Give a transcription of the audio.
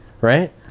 Right